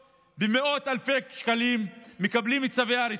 אין דרוזי אחד שבונה על קרקע של המדינה או